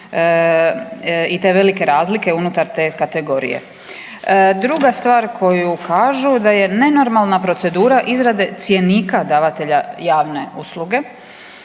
i te velike razlike unutar te kategorije. Druga stvar koju kažu da je nenormalna procedura izrade cjenika davatelja javne usluge.